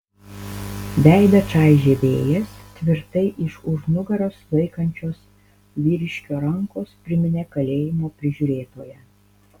veidą čaižė vėjas tvirtai iš už nugaros laikančios vyriškio rankos priminė kalėjimo prižiūrėtoją